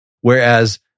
Whereas